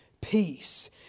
peace